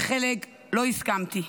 עם חלק לא הסכמתי,